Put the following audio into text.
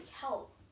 help